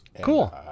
Cool